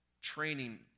training